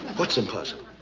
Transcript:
what's impossible?